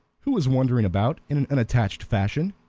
who was wandering about in an unattached fashion,